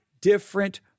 different